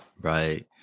Right